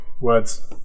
words